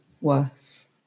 worse